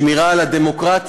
שמירה על הדמוקרטיה.